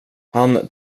han